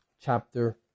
chapter